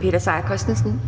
Peter Seier Christensen (NB):